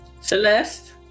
Celeste